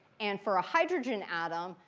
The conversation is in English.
and for a hydrogen atom,